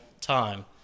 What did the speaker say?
time